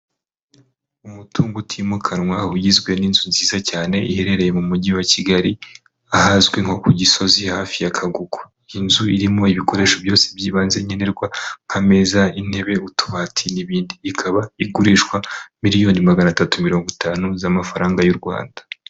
Umutungo utimukanwa ugizwe n'inzu nziza cyane, iherereye mu mujyi wa Kigali, ahazwi nko ku Gisozi, hafi ya Kagugu, inzu irimo ibikoresho byose by'ibanze nkenerwa nk'ameza, intebe, utubati n'ibindi, ikaba igurishwa miliyoni magana atatu mirongo itanu z'amafaranga y'u Rwanda.